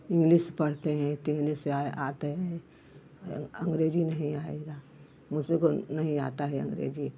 English पढ़ते हैं त इंग्लिश अ आ आता है अँग्रेजी नहीं आएगा मुझी को नहीं आता है अँग्रेजी